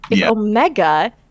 Omega